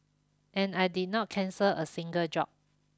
and I did not cancel a single job